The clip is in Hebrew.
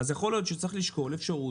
יכול להיות שצריך לשקול אפשרות,